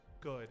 good